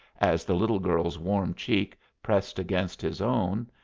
as the little girl's warm cheek pressed against his own.